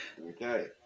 Okay